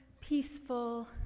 peaceful